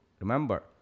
Remember